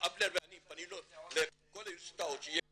אבנר ואני פנינו לכל האוניברסיטאות שיהיה קורס.